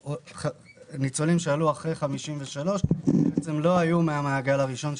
ניצולים שעלו אחרי 53' ולא היו מהמעגל הראשון.